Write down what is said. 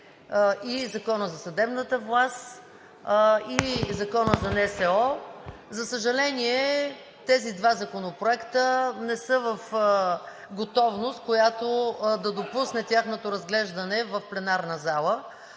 и Законът за съдебната власт и Законът за НСО. За съжаление, тези два законопроекта не са в готовност, която да допусне тяхното разглеждане в пленарната зала.